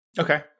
Okay